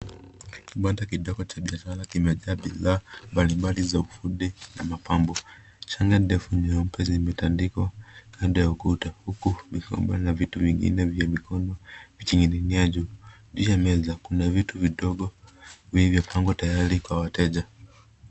Kibanda kidogo cha biashara kimejaa bidhaa mbalimbali za ufundi na mapambo. Shanga ndefu nyeupe zimetandikwa kando ya ukuta, huku vipambo na vitu vingine vya mikono vikining'inia juu. Juu ya meza kuna vitu vidogo vilivyopangwa tayari kwa wateja.